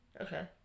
Okay